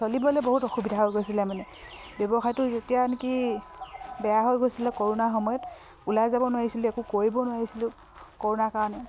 চলিবলৈ বহুত অসুবিধা হৈ গৈছিলে মানে ব্যৱসায়টো যেতিয়া নেকি বেয়া হৈ গৈছিলে কৰ'নাৰ সময়ত ওলাই যাব নোৱাৰিছিলোঁ একো কৰিবও নোৱাৰিছিলোঁ কৰ'নাৰ কাৰণে